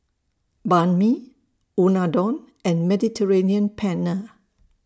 Banh MI Unadon and Mediterranean Penne